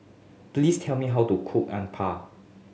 please tell me how to cook Uthapam